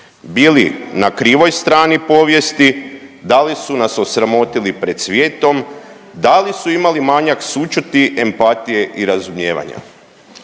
bili na krivoj strani povijesti, da li su nas osramotili pred svijetom, da li su imali manjak sućuti, empatije i razumijevanja?